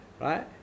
right